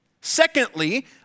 Secondly